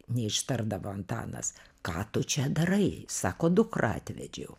neištardavo antanas ką tu čia darai sako dukrą atvedžiau